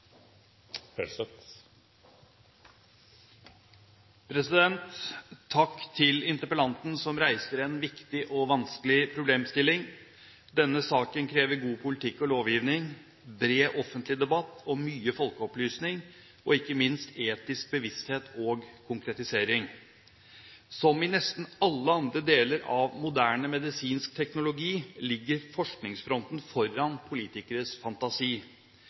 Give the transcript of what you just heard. Stortinget? Takk til interpellanten, som reiser en viktig og vanskelig problemstilling! Denne saken krever god politikk og god lovgivning, bred offentlig debatt, mye folkeopplysning og ikke minst etisk bevissthet og konkretisering. Som i nesten alle andre deler av moderne medisinsk teknologi ligger forskningsfronten foran politikeres fantasi.